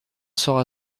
sera